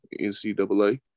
NCAA